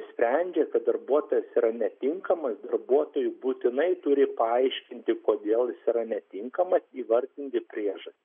sprendžia kad darbuotojas yra netinkamas darbuotojui būtinai turi paaiškinti kodėl jis yra netinkamas įvardinti priežastį